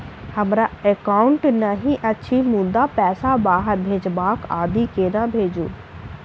हमरा एकाउन्ट नहि अछि मुदा पैसा बाहर भेजबाक आदि केना भेजू?